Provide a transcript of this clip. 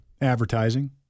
Advertising